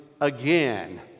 again